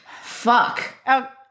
fuck